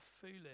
foolish